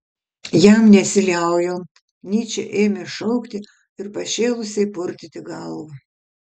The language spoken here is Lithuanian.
jam nesiliaujant nyčė ėmė šaukti ir pašėlusiai purtyti galvą